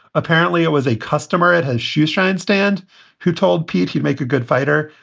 apparently it was a customer at his shoeshine stand who told pete he'd make a good fighter,